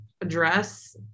address